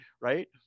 right